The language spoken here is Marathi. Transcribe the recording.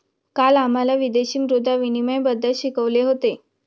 काल आम्हाला विदेशी मुद्रा विनिमयबद्दल शिकवले होते